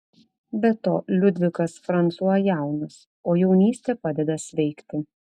be to liudvikas fransua jaunas o jaunystė padeda sveikti